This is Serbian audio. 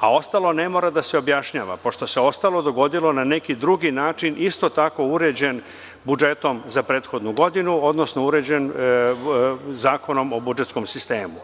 a ostalo ne mora da se objašnjava, pošto se ostalo dogodilo na neki drugi način, isto tako uređen budžetom za prethodnu godinu, odnosno uređen Zakonom o budžetskom sistemu.